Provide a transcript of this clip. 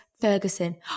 Ferguson